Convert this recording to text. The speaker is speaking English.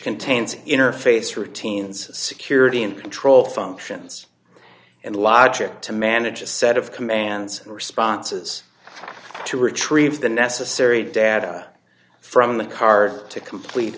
contains interface routines security and control functions and logic to manage a set of commands and responses to retrieve the necessary data from the car to complete